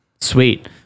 sweet